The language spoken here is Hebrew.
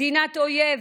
מדינת אויב,